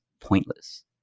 pointless